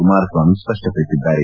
Kumaraswamy ಸ್ಪಷ್ಪಪಡಿಸಿದ್ದಾರೆ